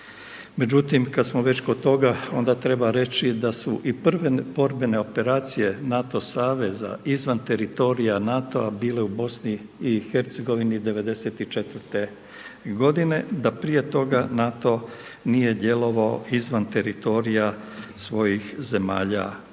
Međutim, kad smo već kod toga onda treba reći da su i prve borbene operacije NATO saveza izvan teritorija NATO-a bile u BiH '94. godine, da prije toga NATO nije djelovao izvan teritorija svojih zemalja